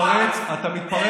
אני קודם כול,